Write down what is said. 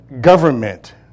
government